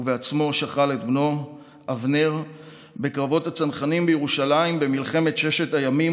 ובעצמו שכל את בנו אבנר בקרבות הצנחנים בירושלים במלחמת ששת הימים,